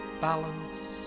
balance